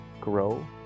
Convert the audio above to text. grow